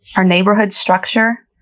our neighborhood structure,